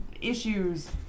issues